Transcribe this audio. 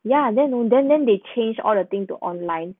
ya then no then then they change all the thing to online